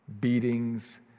beatings